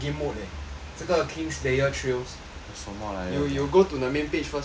这个 king slayer trios you you go to the main page first